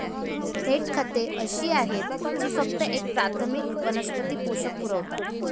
थेट खते अशी आहेत जी फक्त एक प्राथमिक वनस्पती पोषक पुरवतात